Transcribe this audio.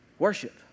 Worship